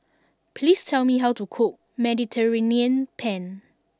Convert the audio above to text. please tell me how to cook Mediterranean Penne